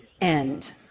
end